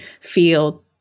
feel